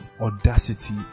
audacity